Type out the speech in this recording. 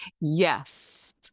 yes